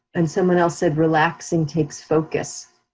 and someone else said relaxing takes focus.